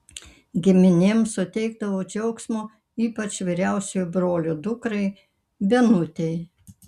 giminėm suteikdavau džiaugsmo ypač vyriausiojo brolio dukrai benutei